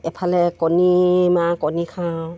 এফালে কণী মা কণী খাওঁ